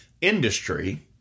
industry